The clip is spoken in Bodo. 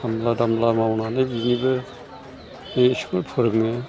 खामला दामला मावनानै बिनिबो बे स्कुल फोरोङो